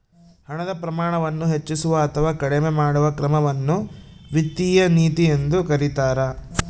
ಹಣದ ಪ್ರಮಾಣವನ್ನು ಹೆಚ್ಚಿಸುವ ಅಥವಾ ಕಡಿಮೆ ಮಾಡುವ ಕ್ರಮವನ್ನು ವಿತ್ತೀಯ ನೀತಿ ಎಂದು ಕರೀತಾರ